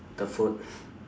the food